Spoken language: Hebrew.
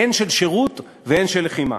הן של שירות והן של לחימה.